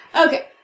Okay